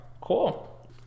Cool